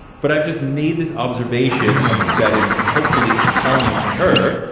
but i've just made this observation ah that is hopefully compelling to her.